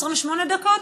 28 דקות,